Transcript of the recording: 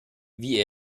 wie